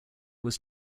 was